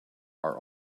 are